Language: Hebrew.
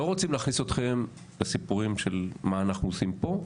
אנחנו לא רוצים להכניס אתכם לסיפורים מה אנחנו עושים פה,